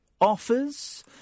offers